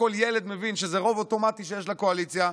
כשכל ילד מבין שזה רוב אוטומטי שיש לקואליציה,